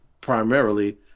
primarily